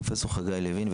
פרופ' חגי לוין,